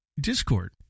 Discord